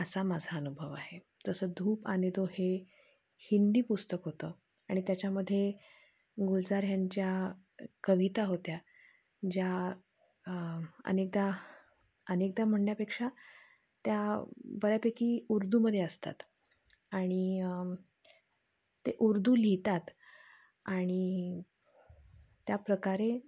असा माझा अनुभव आहे तसं धूप आणि दोहे हिंदी पुस्तक होतं आणि त्याच्यामध्ये गुलजार ह्यांच्या कविता होत्या ज्या अनेकदा अनेकदा म्हणण्यापेक्षा त्या बऱ्यापैकी उर्दूमध्ये असतात आणि ते उर्दू लिहितात आणि त्या प्रकारे